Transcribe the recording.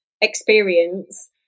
experience